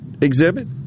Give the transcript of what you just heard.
exhibit